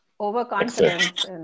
Overconfidence